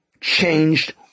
changed